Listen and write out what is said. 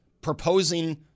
proposing